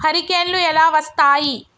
హరికేన్లు ఎలా వస్తాయి?